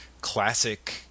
classic